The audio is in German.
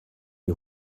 die